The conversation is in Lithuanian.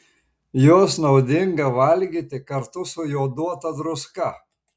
juos naudinga valgyti kartu su joduota druska